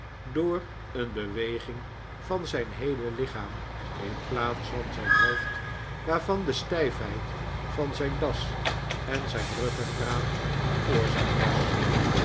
door een beweging van zijn heele lichaam in plaats van zijn hoofd waarvan de stijfheid van zijn das en zijn ruggegraat de oorzaak was